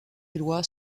éloi